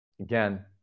Again